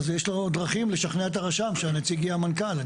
אז יש לו דרכים לשכנע את הרשם שהנציג יהיה המנכ"ל.